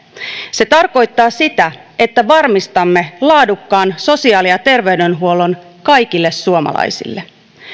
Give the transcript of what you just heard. se tarkoittaa sitä että varmistamme laadukkaan sosiaali ja terveydenhuollon kaikille suomalaisille